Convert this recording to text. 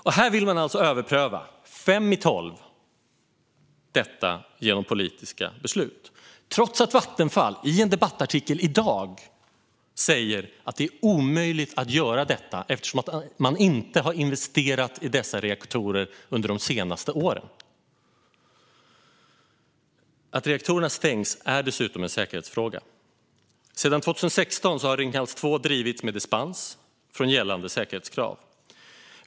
Det vill man alltså överpröva, fem i tolv, genom politiska beslut och trots att Vattenfall i en debattartikel i dag säger att det är omöjligt, eftersom man inte har investerat i dessa reaktorer de senaste åren. Att reaktorerna stängs är dessutom en säkerhetsfråga. Sedan 2016 har Ringhals 2 drivits med dispens från gällande säkerhetskrav.